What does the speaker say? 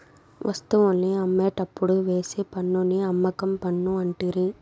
వస్తువుల్ని అమ్మేటప్పుడు వేసే పన్నుని అమ్మకం పన్ను అంటిరి